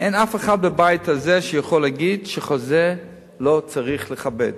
אין אף אחד בבית הזה שיכול להגיד שחוזה לא צריך לכבד.